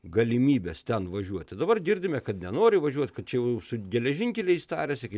galimybės ten važiuoti dabar girdime kad nenori važiuoti kad čia jau su geležinkeliais tariasi kaip